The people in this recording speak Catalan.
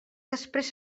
després